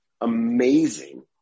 amazing